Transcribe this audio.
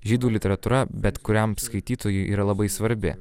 žydų literatūra bet kuriam skaitytojui yra labai svarbi